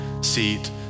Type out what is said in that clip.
seat